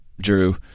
Drew